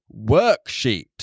worksheet